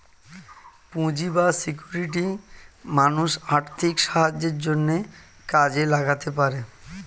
পুঁজি বা সিকিউরিটি মানুষ আর্থিক সাহায্যের জন্যে কাজে লাগাতে পারে